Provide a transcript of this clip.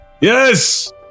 Yes